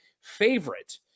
favorite